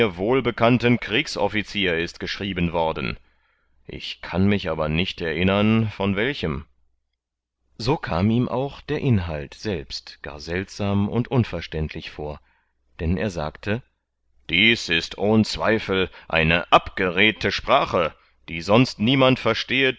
wohlbekannten kriegsoffizier ist geschrieben worden ich kann mich aber nicht erinnern von welchem so kam ihm auch der inhalt selbst gar seltsam und unverständlich vor dann er sagte dies ist ohn zweifel eine abgeredte sprache die sonst niemand verstehet